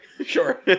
sure